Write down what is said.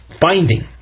binding